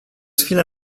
chwilę